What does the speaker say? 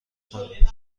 کنیم